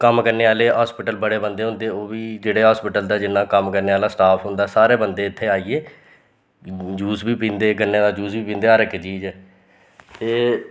कम्म करने आह्ले हॉस्पिटल बड़े बंदे होंदे ओह् बी जेह्ड़े हास्पिटल दा जेह्ड़ा जिन्ना कम्म करने आह्ला स्टाफ होंदा सारे बंदे इत्थें आइयै जूस बी पींदे गन्ने दा जूस बी पींदे हर इक चीज़ ते